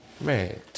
man